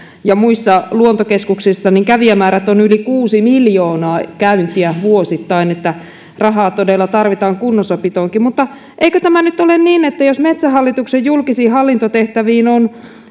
muissa luontokeskuksissa ovat sellaiset että on yli kuusi miljoonaa käyntiä vuosittain eli rahaa todella tarvitaan kunnossapitoonkin mutta eikö tämä nyt ole niin että jos metsähallituksen julkisiin hallintotehtäviin on